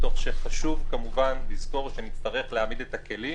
כשחשוב כמובן לזכור שנצטרך להעמיד את הכלים